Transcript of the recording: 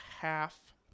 half